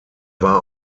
war